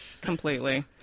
Completely